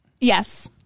Yes